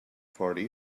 party